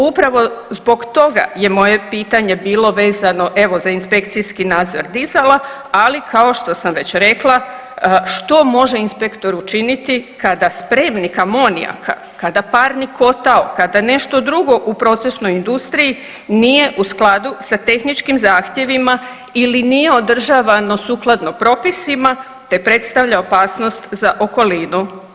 Upravo zbog toga je moje pitanje bilo vezano evo za inspekcijski nadzor dizala, ali kao što sam već rekla što može inspektor učiniti kada spremnik amonijaka, kada parni kotao, kada nešto drugo u procesnoj industriji nije u skladu sa tehničkim zahtjevima ili nije održavano sukladno propisima te predstavlja opasnost za okolinu?